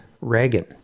reagan